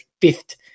fifth